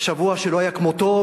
שבוע שלא היה כמותו,